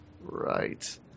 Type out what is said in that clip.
Right